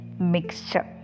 mixture